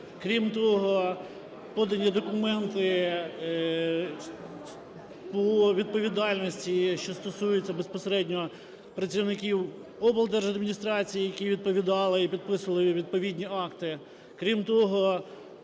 Крім того, подані документи по відповідальності, що стосується безпосередньо представників облдержадміністрацій, які відповідали і підписували відповідні акти.